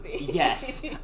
yes